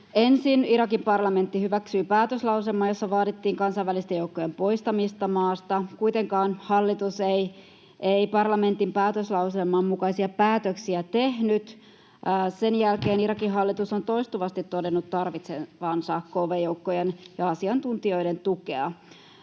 Ensin Irakin parlamentti hyväksyi päätöslauselman, jossa vaadittiin kansainvälisten joukkojen poistamista maasta — kuitenkaan hallitus ei parlamentin päätöslauselman mukaisia päätöksiä tehnyt. Sen jälkeen Irakin hallitus on toistuvasti todennut tarvitsevansa kv-joukkojen ja asiantuntijoiden tukea.